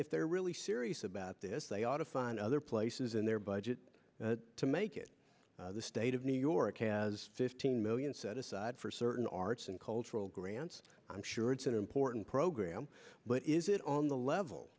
if they're really serious about this they ought to find other places in their budget to make it the state of new york has fifteen million set aside for certain arts and cultural grants i'm sure it's an important program but is it on the level